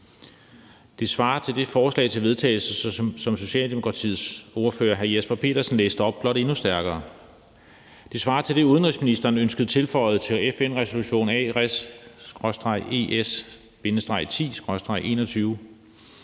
Det svarer til det forslag til vedtagelse, som Socialdemokratiets ordfører hr. Jesper Petersen læste op, det er blot endnu stærkere. Det svarer til det, udenrigsministeren ønskede tilføjet til FN-resolution A/RES/ES-10/21.